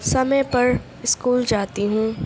سئے پر اسکول جاتی ہوں